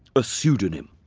a pseudonym,